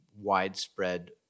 widespread